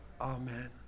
Amen